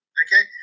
okay